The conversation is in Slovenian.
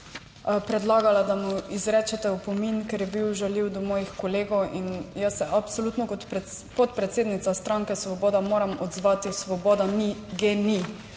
predlagala, da mu izrečete opomin, ker je bil žaljiv do mojih kolegov. In jaz se absolutno kot podpredsednica stranke Svoboda moram odzvati, svoboda ni GEN-I.